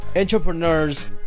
Entrepreneurs